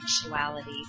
sexuality